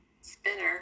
Spinner